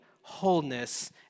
wholeness